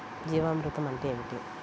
జీవామృతం అంటే ఏమిటి?